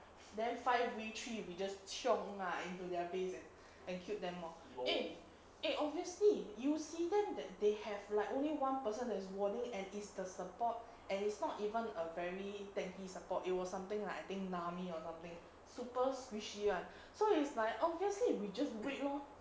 five versus three we just chiong ah into their base and and killed them all eh eh obviously you see them that they have like only one person that has warning and is the support and it's not even a very tacky support it was something like I think nami or something super squishy [one] so it's like obviously we just wait lor